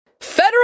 Federal